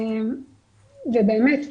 ובאמת,